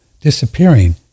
disappearing